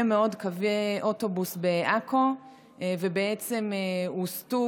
מאוד קווי אוטובוס בעכו ובעצם הוסטו,